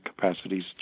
capacities